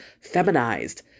feminized